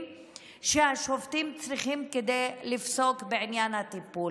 שהשופטים צריכים כדי לפסוק בעניין הטיפול.